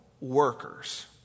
workers